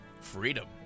freedom